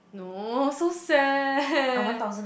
no so sad